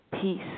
peace